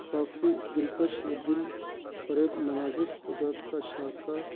کافی دِلکش و دِل فریب مناظر خُدا کا شاہکار